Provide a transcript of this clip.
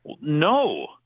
No